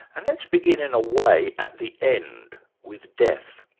and let's begin in a way at the end, with death.